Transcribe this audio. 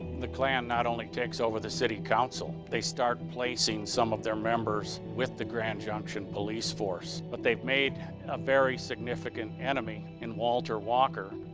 the klan not only takes over the city council, they start replacing some of their members with the grand junction police force. but they've made a very significant enemy in walter walker.